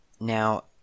Now